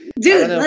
dude